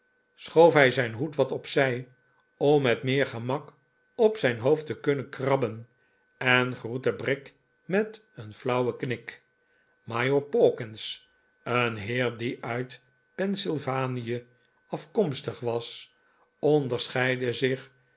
schoof hij zijn hoed wat op zij om met meer gemak op ztjn hoofd te kunnen krabben en groette brick met een flauwen knik majoor pawkins een heer die uit pennsylvania afkomstig was onderscheidde zich